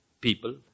people